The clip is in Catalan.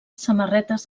samarretes